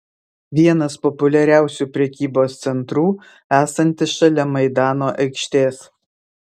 vienas populiariausių prekybos centrų esantis šalia maidano aikštės